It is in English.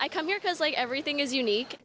i come here because like everything is unique